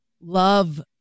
love